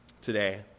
today